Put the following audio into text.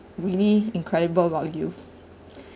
really incredible while you